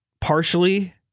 partially